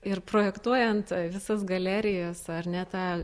ir projektuojant visas galerijas ar ne tą